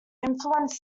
influence